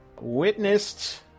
witnessed